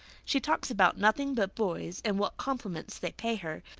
she talks about nothing but boys and what compliments they pay her,